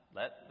let